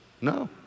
No